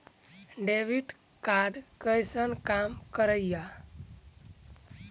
Debit card कैसन काम करेया?